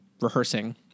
rehearsing